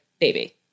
baby